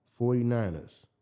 49ers